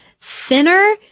thinner